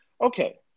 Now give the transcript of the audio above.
Okay